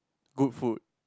good food